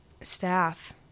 Staff